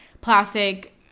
plastic